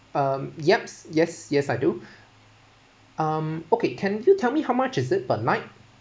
um yes yes yes I do um okay can you tell me how much is it per night